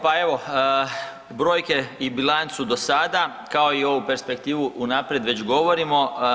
Pa evo, brojke i bilancu do sada, kao i ovu perspektivu unaprijed već govorimo.